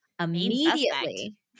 Immediately